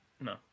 no